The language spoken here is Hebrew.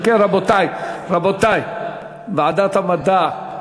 אם כן, רבותי, ועדת המדע,